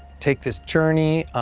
take this journey,